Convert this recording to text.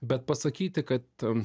bet pasakyti kad